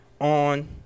On